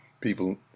people